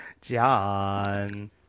John